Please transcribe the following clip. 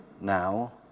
now